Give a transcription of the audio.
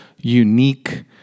unique